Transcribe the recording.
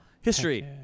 History